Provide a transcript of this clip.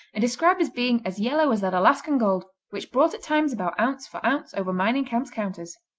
and described as being as yellow as that alaskan gold, which brought at times about ounce for ounce over mining-camp counters.